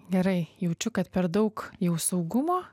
gerai jaučiu kad per daug jau saugumo